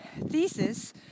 thesis